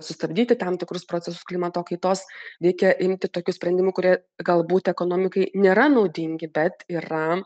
sustabdyti tam tikrus procesus klimato kaitos reikia imti tokių sprendimų kurie galbūt ekonomikai nėra naudingi bet yra